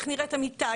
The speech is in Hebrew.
איך נראית המיטה,